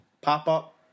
pop-up